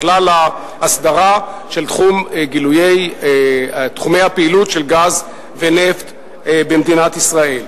על כלל ההסדרה של תחומי הפעילות של גז ונפט במדינת ישראל.